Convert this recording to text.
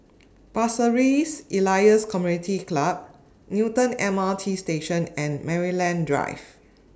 Pasir Ris Elias Community Club Newton M R T Station and Maryland Drive